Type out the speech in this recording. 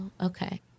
okay